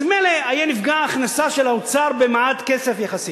אז מילא היתה נפגעת הכנסת האוצר במעט כסף, יחסית,